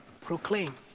proclaim